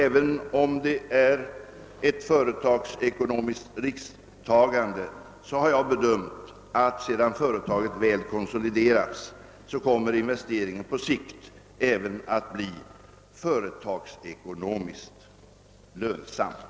även om detta innebär ett företagsekonomiskt risktagande, har jag bedömt saken så, att investeringen sedan företaget väl konsoliderats också på längre sikt blir företagsekonomiskt lönsamt.